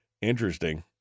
interesting